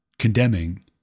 condemning